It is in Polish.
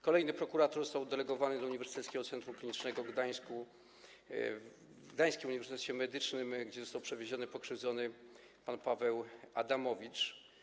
Kolejny prokurator został oddelegowany do Uniwersyteckiego Centrum Klinicznego w Gdańsku przy Gdańskim Uniwersytecie Medycznym, gdzie został przewieziony pokrzywdzony pan Paweł Adamowicz.